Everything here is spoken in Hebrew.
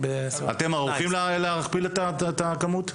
אתם ערוכים להכפיל את הכמות?